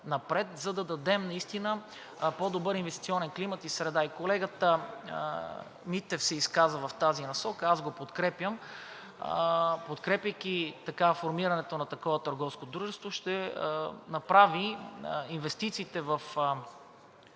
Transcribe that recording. напред, за да дадем наистина по-добър инвестиционен климат и среда. И колегата Митев се изказа в тази насока. Аз го подкрепям. Подкрепяйки формирането на такова търговско дружество, ще направи инвестициите в